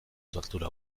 tortura